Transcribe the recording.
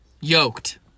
Yoked